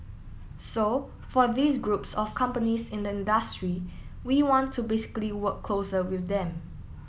so for these groups of companies in the industry we want to basically work closer with them